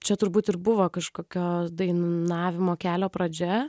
čia turbūt ir buvo kažkokios dainavimo kelio pradžia